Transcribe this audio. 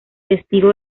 testigo